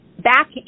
Back